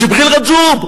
ג'יבריל רג'וב.